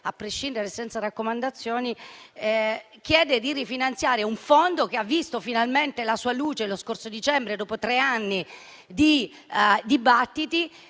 a prescindere, senza raccomandazioni, chiede di rifinanziare un fondo che ha visto finalmente la sua luce lo scorso dicembre, dopo tre anni di dibattiti,